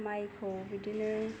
माइखौ बिदिनो